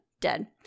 Dead